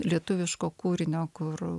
lietuviško kūrinio kur